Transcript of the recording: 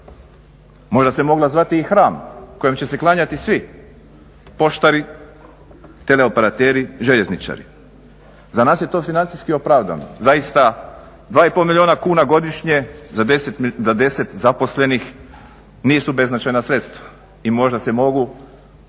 Možda se mogla zvati i HRAM kojom će se klanjati svi poštari, teleoperateri, željezničari. Za nas je to financijski opravdano, zaista 2,5 milijuna kuna godišnje za 10 zaposlenih nisu beznačajna sredstva i možda se mogu